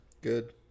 good